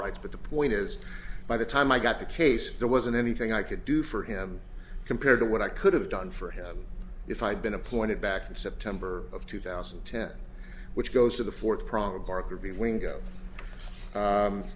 rights but the point is by the time i got the case there wasn't anything i could do for him compared to what i could have done for him if i had been appointed back in september of two thousand and ten which goes to the fourth